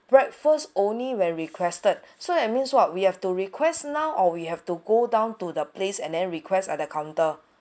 breakfast only when requested so that means what we have to request now or we have to go down to the place and then request at the counter